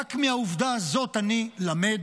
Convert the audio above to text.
רק מהעובדה הזאת אני למד